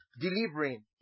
delivering